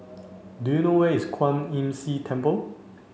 do you know where is Kwan Imm See Temple